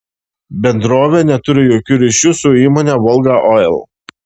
bendrovė neturi jokių ryšių su įmone volga oil